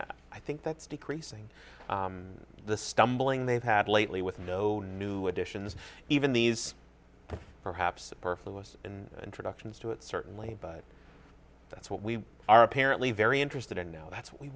i think that's decreasing the stumbling they've had lately with no new additions even these perhaps a perfect us in introductions to it certainly that's what we are apparently very interested in now that's what we